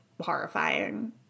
horrifying